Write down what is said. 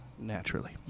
Naturally